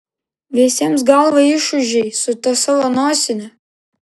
visiems galvą išūžei su ta savo nosine